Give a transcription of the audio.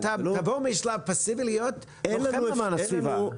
תעבור משלב פסיבי להיות לוחם למען הסביבה.